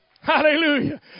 Hallelujah